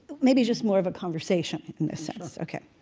maybe just more of a conversation in a sense. ok.